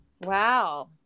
wow